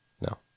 No